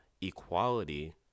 equality